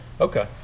Okay